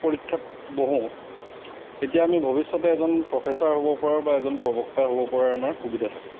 পৰীক্ষাত বহোঁ তেতিয়া আমি ভৱিষ্যতে এজন প্ৰফেছাৰ হ'ব পৰা বা এজন প্ৰবক্তা হ'ব পৰাৰ আমাৰ সুবিধা থাকে